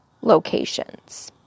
locations